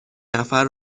نفر